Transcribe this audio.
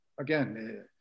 again